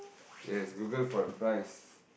yes Google for the price